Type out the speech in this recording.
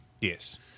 Yes